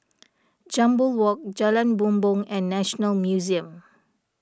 Jambol Walk Jalan Bumbong and National Museum